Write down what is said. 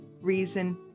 reason